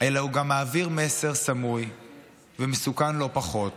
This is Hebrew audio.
אלא הוא גם מעביר מסר סמוי ומסוכן לא פחות